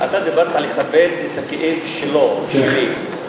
אתה דיברת על לכבד את הכאב שלו ושלי,